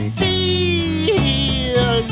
feel